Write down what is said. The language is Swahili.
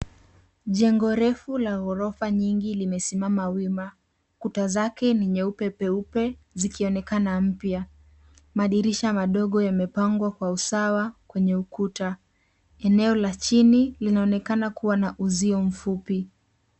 Jengo refu la ghorofa nyingi limesimama wima. Kuta zake ni nyeupe peupe zikionekana mpya. Madirisha madogo yamepangwa kwa usawa kwenye ukuta. Eneo la chini linaonekana kuwa na uzio mfupi.